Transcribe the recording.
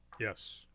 Yes